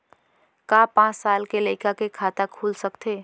का पाँच साल के लइका के खाता खुल सकथे?